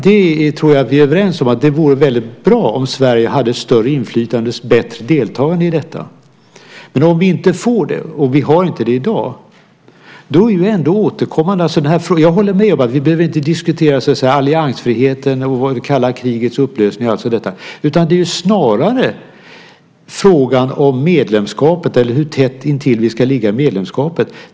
Jag tror att vi är överens om att det vore väldigt bra om Sverige hade ett större inflytande och bättre deltagande i detta. Men om vi inte får det, och vi har inte det i dag, är frågan ändå återkommande. Jag håller med om att vi inte behöver diskutera alliansfriheten, kalla krigets upplösning och allt detta. Det är snarare frågan om medlemskapet eller hur tätt intill vi ska ligga i medlemskapet.